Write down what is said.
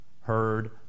heard